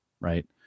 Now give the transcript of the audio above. right